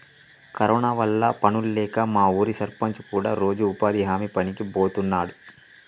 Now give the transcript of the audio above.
corona వల్ల పనుల్లేక మా ఊరి సర్పంచ్ కూడా రోజూ ఉపాధి హామీ పనికి బోతన్నాడు